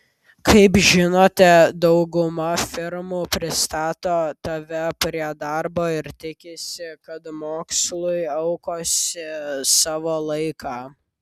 kaip žinote dauguma firmų pristato tave prie darbo ir tikisi kad mokslui aukosi savo laiką